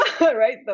right